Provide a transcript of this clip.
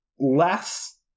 less